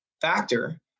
factor